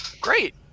great